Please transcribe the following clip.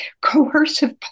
coercive